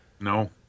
No